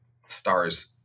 stars